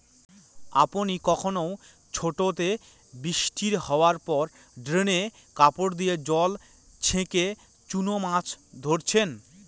আপনি কখনও ছোটোতে বৃষ্টি হাওয়ার পর ড্রেনে কাপড় দিয়ে জল ছেঁকে চুনো মাছ ধরেছেন?